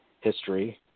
history